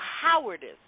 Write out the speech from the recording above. cowardice